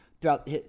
throughout